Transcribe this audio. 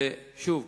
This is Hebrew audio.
שוב,